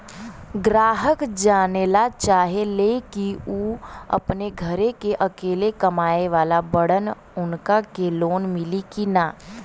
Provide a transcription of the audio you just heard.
ग्राहक जानेला चाहे ले की ऊ अपने घरे के अकेले कमाये वाला बड़न उनका के लोन मिली कि न?